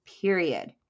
period